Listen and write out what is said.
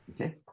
okay